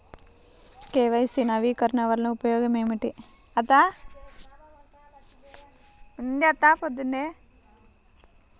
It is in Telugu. కే.వై.సి నవీకరణ వలన ఉపయోగం ఏమిటీ?